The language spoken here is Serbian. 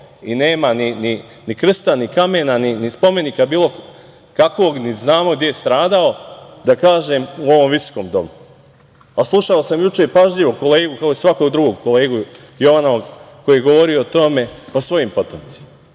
i nema, ni krsta, ni kamena, ni spomenika bilo kakvog, niti znamo gde je stradao, da kažem u ovom visokom domu? Slušao sam juče pažljivo kolegu, kao svakog drugog, Jovanova, koji je govorio o tome, o svojim potomcima.